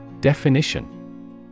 Definition